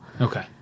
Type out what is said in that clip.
Okay